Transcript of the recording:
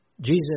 Jesus